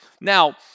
Now